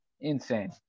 insane